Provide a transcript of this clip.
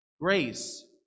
grace